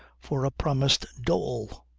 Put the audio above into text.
for a promised dole.